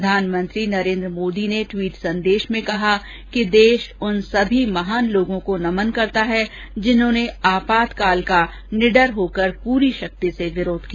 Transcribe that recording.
प्रधानमंत्री नरेन्द्र मोदी ने ट्वीट संदेश में कहा कि देश उन सभी महान लोगों को नमन करता है जिन्होंने आपातकाल का निडर होकर पूरी शक्ति से विरोध किया